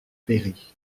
péri